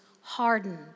hardened